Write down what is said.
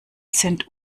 sind